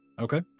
Okay